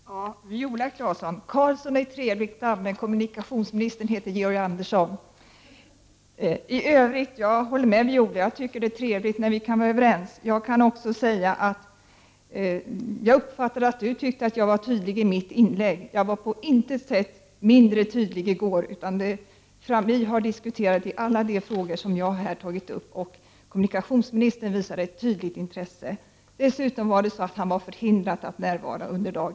Fru talman! Till Viola Claesson vill jag säga att Karlsson är ett trevligt namn, men att kommunikationsministern heter Georg Andersson. I övrigt håller jag med Viola Claesson. Jag tycker det är trevligt när vi är överens. Jag uppfattade att Viola Claesson tyckte jag var tydlig i mitt inlägg. Jag var på intet sätt mindre tydlig i går. Vi har diskuterat alla de frågor jag här har tagit upp, och kommunikationsministern visade ett tydligt intresse. Däremot är han förhindrad att närvara här i dag.